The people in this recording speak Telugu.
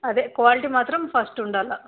అదే క్వాలిటీ మాత్రం ఫస్టుండాల